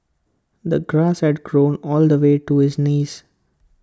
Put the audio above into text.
the grass had grown all the way to his knees